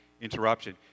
interruption